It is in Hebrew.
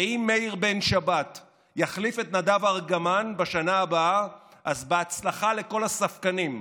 ואם מאיר בן שבת יחליף את נדב ארגמן בשנה הבאה אז בהצלחה לכל הספקנים,